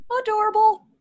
adorable